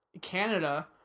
Canada